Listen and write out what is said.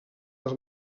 els